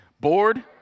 board